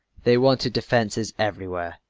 they wanted defenses everywhere.